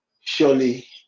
Surely